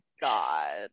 God